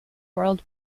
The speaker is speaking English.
world